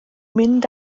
mynd